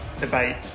debate